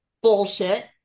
bullshit